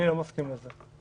אני לא מסכים לזה.